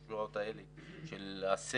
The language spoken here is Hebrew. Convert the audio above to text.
בשלושה שבועות האלה של הסגר.